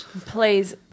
Please